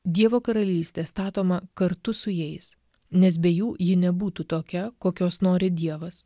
dievo karalystė statoma kartu su jais nes be jų ji nebūtų tokia kokios nori dievas